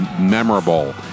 memorable